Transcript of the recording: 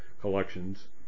collections